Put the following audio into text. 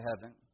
heaven